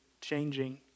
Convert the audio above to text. changing